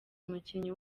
umukinnyi